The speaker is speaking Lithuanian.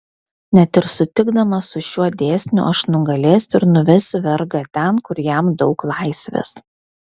net ir sutikdamas su šiuo dėsniu aš nugalėsiu ir nuvesiu vergą ten kur jam daug laisvės